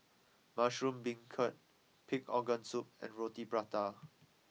Mushroom Beancurd Pig Organ Soup and Roti Prata